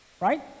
right